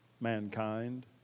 mankind